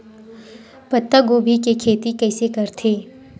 पत्तागोभी के खेती कइसे करथे?